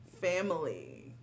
Family